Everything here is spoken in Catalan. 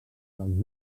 dels